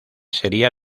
sería